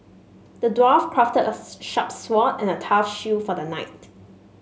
the dwarf crafted a sharp sword and a tough shield for the knight